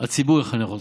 הציבור יחנך אותך.